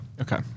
Okay